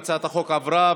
הצעת החוק עברה,